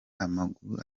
amaguru